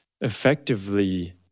effectively